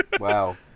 Wow